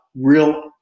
real